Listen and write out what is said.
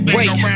Wait